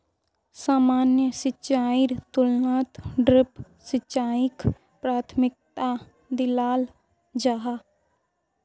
सामान्य सिंचाईर तुलनात ड्रिप सिंचाईक प्राथमिकता दियाल जाहा